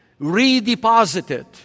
redeposited